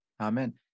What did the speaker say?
Amen